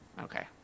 Okay